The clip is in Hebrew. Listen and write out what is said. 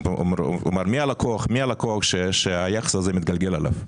כלומר, מי הלקוח שהיחס הזה מתגלגל אליו.